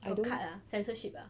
got cut ah censorship ah